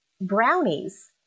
brownies